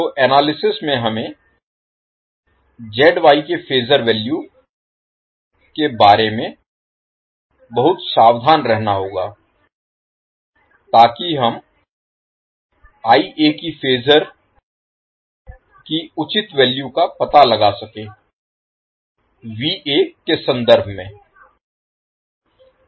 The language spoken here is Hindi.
तो एनालिसिस में हमें के फेजर वैल्यू के बारे में बहुत सावधान रहना होगा ताकि हम की फेजर की उचित वैल्यू का पता लगा सकें के सन्दर्भ में